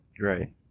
right